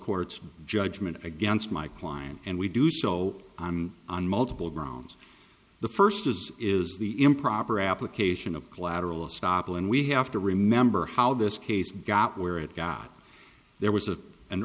court's judgment against my client and we do so on multiple grounds the first as is the improper application of collateral estoppel and we have to remember how this case got where it got there was a an